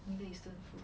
middle eastern food